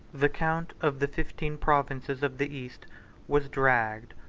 the count of the fifteen provinces of the east was dragged,